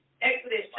Exodus